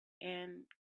and